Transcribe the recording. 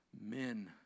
men